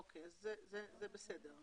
זה בסדר.